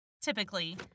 typically